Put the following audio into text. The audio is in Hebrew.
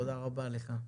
תודה רבה לך.